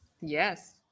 Yes